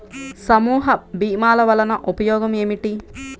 సమూహ భీమాల వలన ఉపయోగం ఏమిటీ?